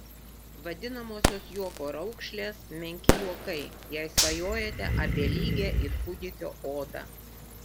vadinamosios juoko raukšlės menki juokai jei svajojate apie lygią it kūdikio odą